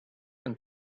and